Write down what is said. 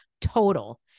total